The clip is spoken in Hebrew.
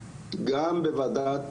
גם בוועדת